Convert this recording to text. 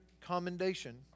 commendation